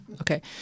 Okay